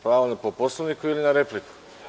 Pravo po Poslovniku ili na repliku?